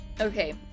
Okay